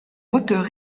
moteur